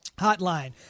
Hotline